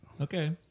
Okay